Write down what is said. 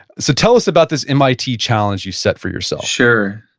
so tell us about this mit challenge you set for yourself sure.